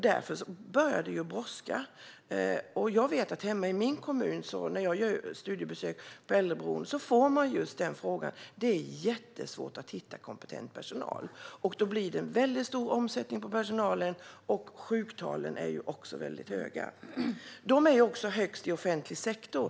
Därför brådskar det. När jag gör studiebesök på äldreboenden i min kommun säger man till mig att det är jättesvårt att hitta kompetent personal. Då blir det mycket stor omsättning på personalen, och sjuktalen är också mycket höga. Sjuktalen är högst i offentlig sektor.